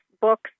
books